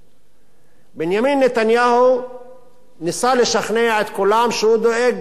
בנימין נתניהו ניסה לשכנע את כולם שהוא דואג גם לאחרים,